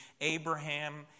Abraham